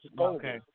Okay